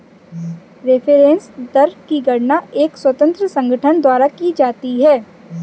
reference दर की गणना एक स्वतंत्र संगठन द्वारा की जाती है